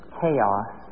chaos